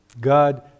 God